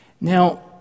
Now